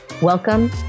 Welcome